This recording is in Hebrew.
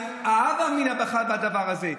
הווה אמינא בדבר הזה.